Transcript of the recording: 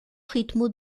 ritmo